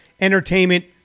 entertainment